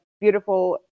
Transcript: beautiful